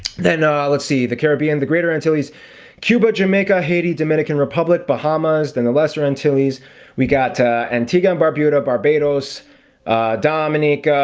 then let's see the caribbean the greater antilles cuba jamaica haiti dominican republic bahamas then the lesser antilles we got antigua and barbuda, barbados dominica,